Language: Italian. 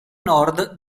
nord